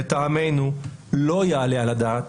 לטעמנו, לא יעלה על הדעת